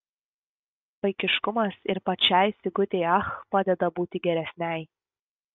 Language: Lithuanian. vaikiškumas ir pačiai sigutei ach padeda būti geresnei